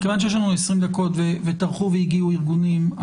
מכיוון שיש לנו 20 דקות וטרחו והגיעו ארגונים,